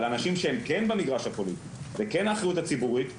אבל אנשים שהם כן במגרש הפוליטי וכן האחריות הציבורית,